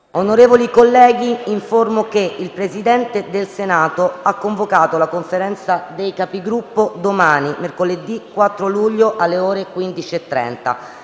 Onorevoli colleghi, informo che il Presidente del Senato ha convocato la Conferenza dei Capigruppo domani, mercoledì 4 luglio, alle ore 15,30.